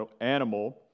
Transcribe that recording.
animal